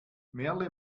merle